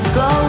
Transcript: go